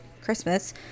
Christmas